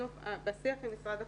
בשיח עם משרד החינוך,